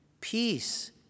peace